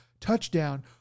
touchdown